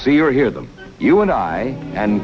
see or hear them you and i and